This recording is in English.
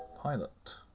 Pilot